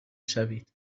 شوید